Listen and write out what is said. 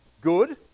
good